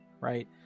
right